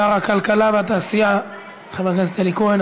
שר הכלכלה והתעשייה חבר הכנסת אלי כהן.